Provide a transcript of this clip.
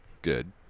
Good